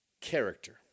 character